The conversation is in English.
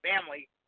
family